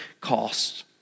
costs